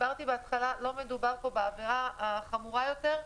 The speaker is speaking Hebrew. לא מדובר פה בעבירה החמורה יותר,